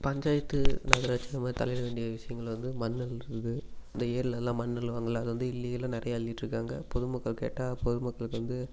பஞ்சாயத்து நகராட்சியில் நம்ம தலையிட வேண்டிய விஷயங்கள் வந்து மண் அள்ளுறது இந்த ஏரிலெலாம் மண் அள்ளுவாங்கல்ல அது வந்து இல்லீகலாக நிறையா அள்ளிகிட்டு இருக்காங்க பொதுமக்கள் கேட்டால் பொதுமக்களுக்கு வந்து